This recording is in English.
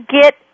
get